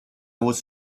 was